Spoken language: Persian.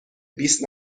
بیست